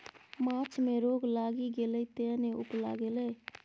माछ मे रोग लागि गेलै तें ने उपला गेलै